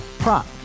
Prop